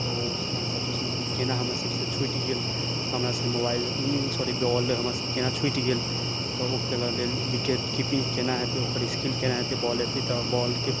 तऽ ओ हमसब सोचलहुॅं की केना हमरा सबसे छूटि गेल हमरा से मोबाइल सॉरी बॉल हमरा से केना छूटि गेल तऽ ओकरे लेल विकेट कीपिंग केना हेतै ओकर स्किल केना हेतै बॉल एतय तऽ बॉलके केना